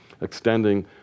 extending